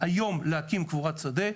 היום להקים קבורת שדה,